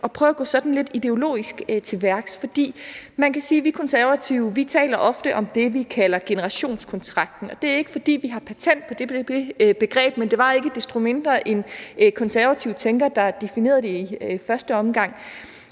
vil prøve at gå sådan lidt ideologisk til værks. For man kan sige, at vi Konservative ofte taler om det, vi kalder generationskontrakten, og det er ikke, fordi vi har patent på det begreb, men det var ikke desto mindre en konservativ tænker, der definerede det i første omgang.